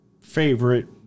favorite